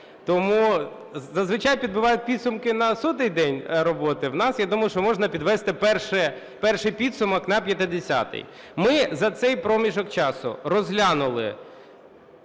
Тому зазвичай підбивають підсумки на 100-й день роботи, в нас, я думаю, що можна підвести перший підсумок на 50-й. Ми за цей проміжок часу розглянули